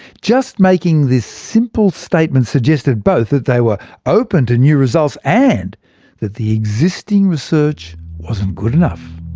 just making this simple statement suggested both that they were open to new results and that the existing research wasn't good enough.